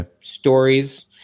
stories